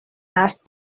ask